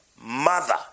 mother